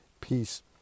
Peace